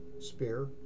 Spear